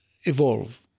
evolve